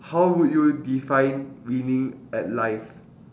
how would you define winning at life